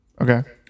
okay